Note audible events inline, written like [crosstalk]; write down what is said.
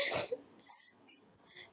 [noise]